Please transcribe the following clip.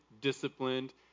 disciplined